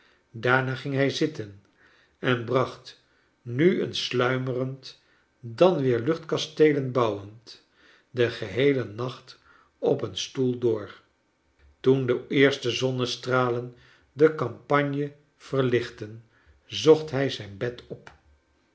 daarna ging hij zitten en bracht nu eehs sluimerend dan weer luchtkasteelen bouwend den geheelen nacht op een stoel door toen de eerste zonnestralen de campagne verlichtten zocht hij zijn bed op